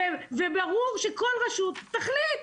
וברור שכל רשות תחליט,